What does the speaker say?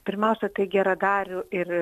pirmiausia tai geradarių ir